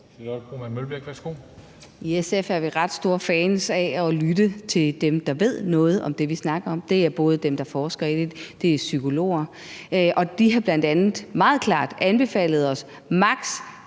I SF er vi ret store fans af at lytte til dem, der ved noget om det, vi snakker om. Det er både dem, der forsker i det, og det er psykologer, og de har bl.a. meget klart anbefalet os maks.